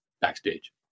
backstage